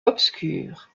obscur